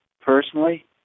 personally